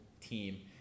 team